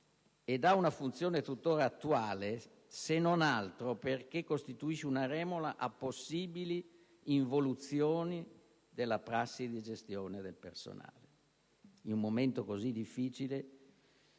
e ha una funzione tuttora attuale, se non altro perché costituisce una remora a possibili involuzioni della prassi di gestione del personale. In un momento così difficile,